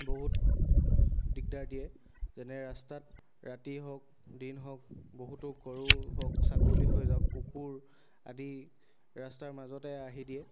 বহুত দিগদাৰ দিয়ে যেনে ৰাস্তাত ৰাতি হওক দিন হওক বহুতো গৰু হওক ছাগলী হৈ যাওক কুকুৰ আদি ৰাস্তাৰ মাজতে আহি দিয়ে